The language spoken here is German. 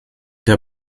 der